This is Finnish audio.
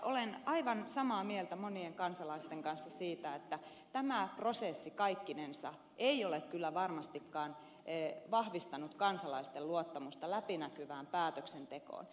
olen aivan samaa mieltä monien kansalaisten kanssa siitä että tämä prosessi kaikkinensa ei ole kyllä varmastikaan vahvistanut kansalaisten luottamusta läpinäkyvään päätöksentekoon